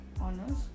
honors